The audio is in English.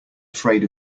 afraid